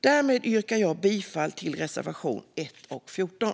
Därmed yrkar jag bifall till reservationerna 1 och 14.